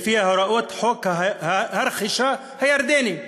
לפי חוק הרכישה הירדני,